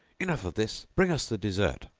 enough of this. bring us the dessert!